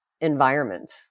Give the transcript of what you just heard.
environment